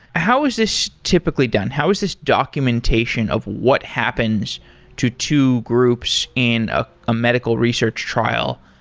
how is this typically done? how is this documentation of what happens to two groups in a ah medical research trial?